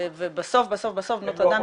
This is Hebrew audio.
ובסוף בסוף בנות אדם,